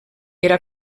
era